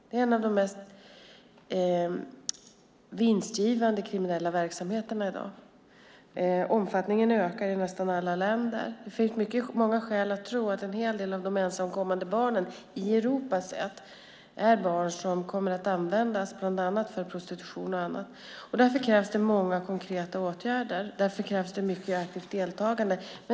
Det är en av de mest vinstgivande kriminella verksamheterna i dag. Omfattningen ökar i nästan alla länder. Det finns många skäl att tro att en hel del av de ensamkommande barnen i Europa kommer att användas bland annat för prostitution. Därför krävs det många konkreta åtgärder. Därför krävs det mycket aktivt deltagande.